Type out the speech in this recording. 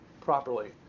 properly